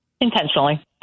Intentionally